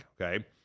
okay